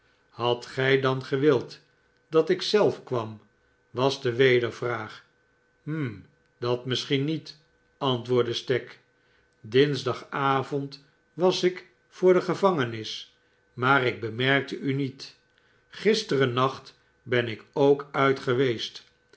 hadt gij dan gewild dat ik zelf kwam was de wedervraag jhiki dat misschien niet antwoordde stagg dinsdagavond was ik voor de gevangenis maar ik bemerkte niet gisterennacht ben ik ook uit geweest